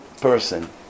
person